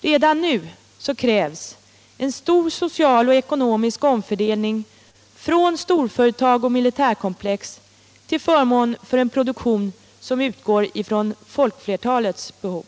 Redan nu krävs en stor social och ekonomisk omfördelning från storföretag och militärkomplex till förmån för en produktion som utgår från folkflertalets behov.